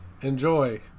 enjoy